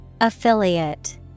Affiliate